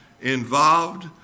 involved